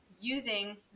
using